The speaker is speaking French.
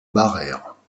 barère